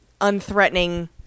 unthreatening